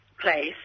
place